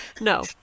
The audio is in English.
no